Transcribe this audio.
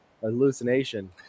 hallucination